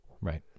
Right